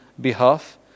behalf